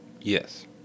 Yes